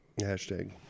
Hashtag